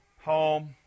home